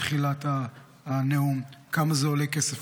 בתחילת הנאום אמרתי כמה זה עולה למדינה.